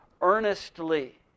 earnestly